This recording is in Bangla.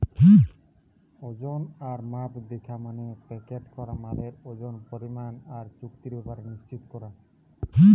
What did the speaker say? ওজন আর মাপ দিখা মানে প্যাকেট করা মালের ওজন, পরিমাণ আর চুক্তির ব্যাপার নিশ্চিত কোরা